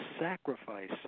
sacrifice